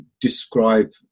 describe